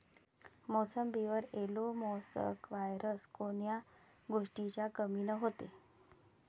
मोसंबीवर yellow mosaic virus कोन्या गोष्टीच्या कमीनं होते?